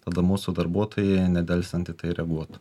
tada mūsų darbuotojai nedelsiant reaguotų